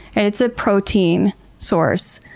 and it's a protein source.